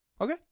Okay